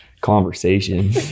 conversation